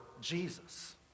Jesus